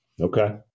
Okay